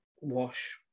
wash